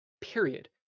period